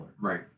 Right